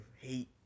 hate